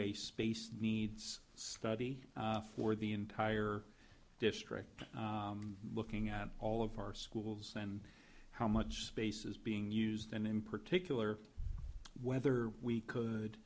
a space that needs study for the entire district looking at all of our schools and how much space is being used and in particular whether we could